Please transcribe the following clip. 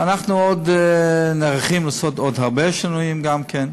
ואנחנו עוד נערכים לעשות עוד הרבה שינויים גם כן.